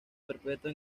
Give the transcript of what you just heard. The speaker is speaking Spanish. perpetua